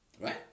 right